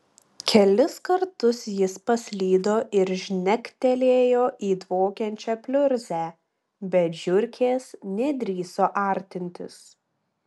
kelis kartus jis paslydo ir žnektelėjo į dvokiančią pliurzę bet žiurkės nedrįso artintis